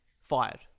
fired